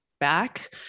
Back